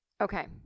Okay